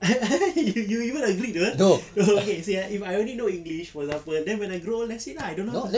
you you agree [pe] okay say if I only know english for example then when I grow old I say lah how